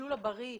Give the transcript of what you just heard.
המסלול הבריא,